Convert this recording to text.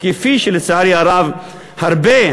כפי שלצערי הרב הרבה,